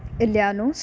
इल्यानोस्